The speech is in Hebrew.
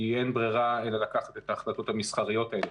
כי אין ברירה, אלא לקבל את ההחלטות המסחריות האלה.